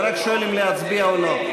אני רק שואל אם להצביע או לא.